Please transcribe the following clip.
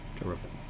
terrific